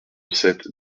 sept